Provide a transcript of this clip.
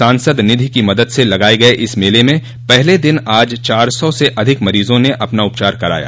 सांसद निधि की मदद से लगाये गये इस मेले में पहले दिन आज चार सौ से अधिक मरीजों ने अपना उपचार कराया